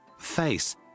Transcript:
Face